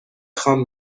خوام